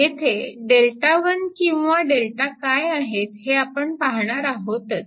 येथे Δ1 किंवा Δ काय आहेत हे आपण पाहणार आहोतच